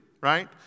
right